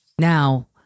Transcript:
Now